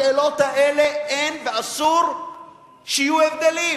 בשאלות האלה אין ואסור שיהיו הבדלים.